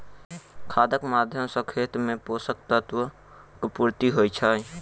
खादक माध्यम सॅ खेत मे पोषक तत्वक पूर्ति होइत छै